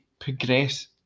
progress